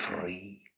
free